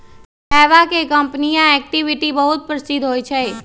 चयवा के कंपनीया एक्टिविटी भी बहुत प्रसिद्ध हई